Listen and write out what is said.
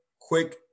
quick